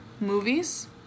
movies